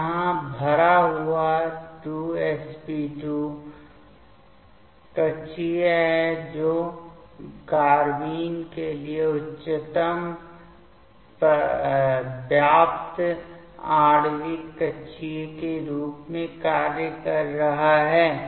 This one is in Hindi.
तो यहाँ यह भरा हुआ 2 sp2 कक्षीय है जो कार्बाइन के लिए उच्चतम व्याप्त आणविक कक्षीय के रूप में कार्य कर रहा है